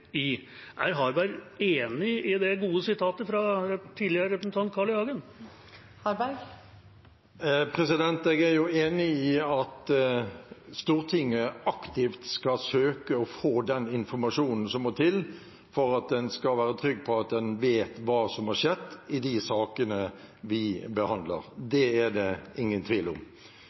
i.» Er Harberg enig i den gode uttalelsen fra tidligere representant Carl I. Hagen? Jeg er enig i at Stortinget aktivt skal søke å få den informasjonen som må til for at en skal være trygg på at en vet hva som har skjedd i de sakene vi behandler. Det er det ingen tvil om.